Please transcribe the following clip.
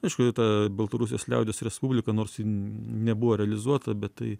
aišku ta baltarusijos liaudies respublika nors ji nebuvo realizuota bet tai